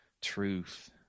truth